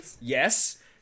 yes